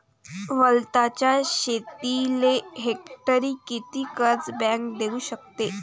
वलताच्या शेतीले हेक्टरी किती कर्ज बँक देऊ शकते?